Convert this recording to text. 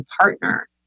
partner